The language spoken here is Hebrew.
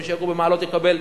מי שיגור במעלות, יקבל,